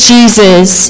Jesus